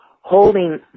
holding